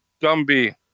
Gumby